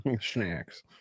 snacks